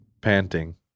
panting